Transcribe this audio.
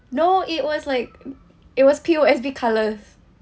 no it was like uh it was P_O_S_B colours